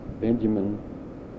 Benjamin